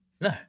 No